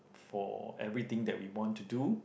for everything that we want to do